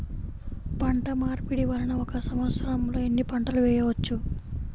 పంటమార్పిడి వలన ఒక్క సంవత్సరంలో ఎన్ని పంటలు వేయవచ్చు?